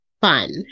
fun